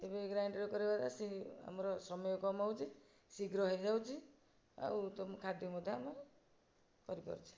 ଏବେ ଗ୍ରାଇଣ୍ଡରରେ କରିବାଦ୍ୱାରା ସେ ଆମର ସମୟ କମ୍ ହେଉଛି ଶୀଘ୍ର ହେଇଯାଉଛି ଆଉ ଖାଦ୍ୟ ମଧ୍ୟ ଆମେ କରିପାରୁଛେ